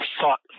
thought